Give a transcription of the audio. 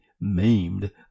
maimed